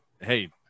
hey